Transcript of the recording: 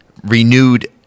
Renewed